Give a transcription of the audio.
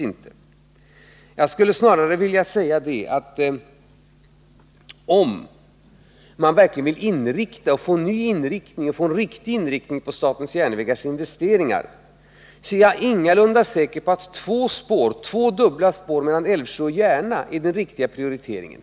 Det går inte! Om man verkligen vill få en ny och bra inriktning på statens järnvägars investeringar är det ingalunda säkert att två Nr 139 dubbla spår mellan Älvsjö och Järna är den riktiga prioriteringen.